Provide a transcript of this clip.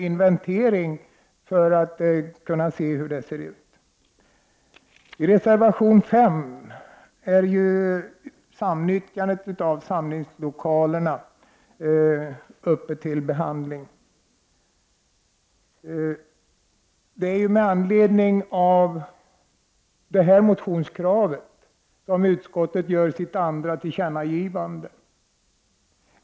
Den ansluter till den motion i samband med vilken utskottet gör sitt andra tillkännagivande.